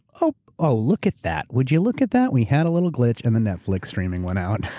oh oh look at that, would you look at that, we had a little glitch and then netflix streaming went out.